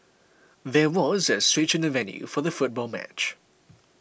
there was a switch in the venue for the football match